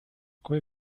кое